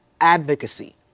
advocacy